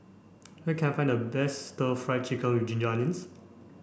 where can I find the best stir fried chicken with ginger onions